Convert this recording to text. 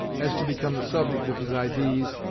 as to become the subject of his idees,